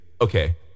Okay